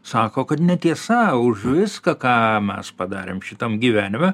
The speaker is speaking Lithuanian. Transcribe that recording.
sako kad netiesa už viską ką mes padarėm šitam gyvenime